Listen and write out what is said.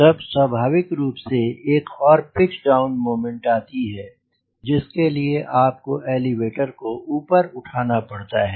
तब स्वाभाविक रूप से एक और पिच डाउन मोमेंट आती है जिसके लिए आप को एलीवेटर को ऊपर उठाना पड़ता है